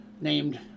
named